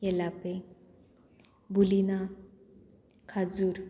येलापे बुलीना खाजूर